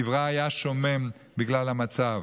קברה היה שומם בגלל המצב.